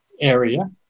area